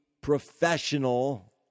professional